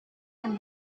and